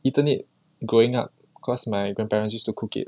eaten it growing up cause my grandparents used to cook it